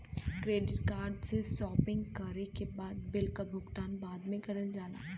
credit card से shopping करे के बाद बिल क भुगतान बाद में करल जाला